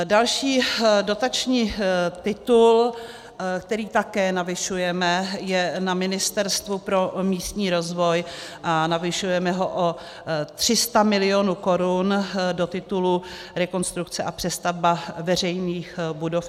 Další dotační titul, který také navyšujeme, je na Ministerstvu pro místní rozvoj a navyšujeme ho o 300 mil. korun do titulu rekonstrukce a přestavba veřejných budov.